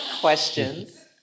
questions